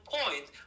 point